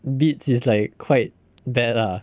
beats is like quite bad lah